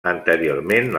anteriorment